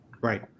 right